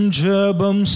jabam